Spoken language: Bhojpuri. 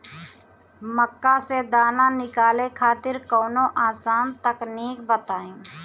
मक्का से दाना निकाले खातिर कवनो आसान तकनीक बताईं?